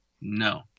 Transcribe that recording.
No